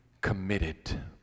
committed